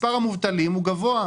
מספר המובטלים הוא גבוה,